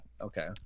Okay